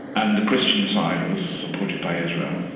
and the christian side was supported by israel,